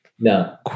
No